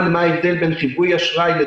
הישיבה ננעלה בשעה 11:00.